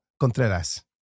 Contreras